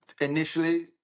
initially